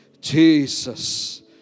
Jesus